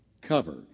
cover